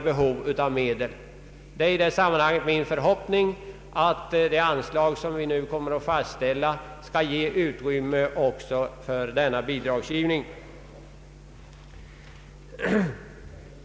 Det är min förhoppning att det anslag som vi nu kommer att fastställa skall ge utrymme för denna bidragsgivning.